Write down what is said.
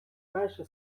вежа